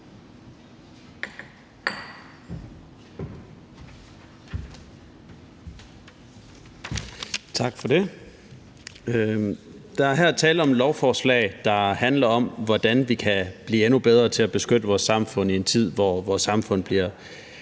Tak for det. Der er her tale om et lovforslag, der handler om, hvordan vi kan blive endnu bedre til at beskytte vores samfund i en tid, hvor samfundet bliver